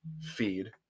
feed